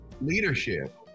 leadership